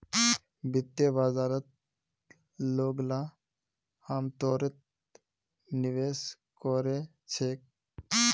वित्तीय बाजारत लोगला अमतौरत निवेश कोरे छेक